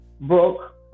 book